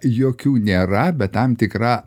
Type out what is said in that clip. jokių nėra bet tam tikra